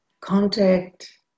contact